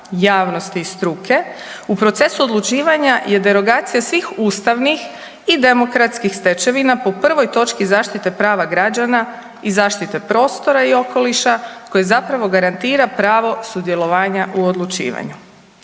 javnosti i struke u procesu odlučivanja je derogacija svih ustavnih i demokratskih stečevina po prvoj točki zaštite prava građana i zaštite prostora i okoliša koji zapravo garantira pravo sudjelovanja u odlučivanju.